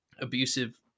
abusive